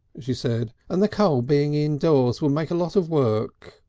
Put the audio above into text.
she said, and the coal being indoors will make a lot of work.